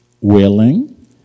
willing